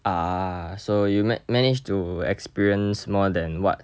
ah so you man~ managed to experience more than what